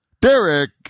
Derek